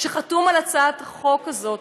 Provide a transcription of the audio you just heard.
שחתום על הצעת החוק הזאת.